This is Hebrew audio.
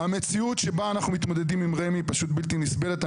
המציאות שבה אנחנו מתמודדים עם רמ"י היא פשוט בלתי נסבלת,